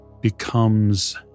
becomes